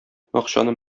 акчаны